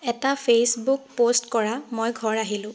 এটা Facebook post কৰা মই ঘৰ আহিলোঁ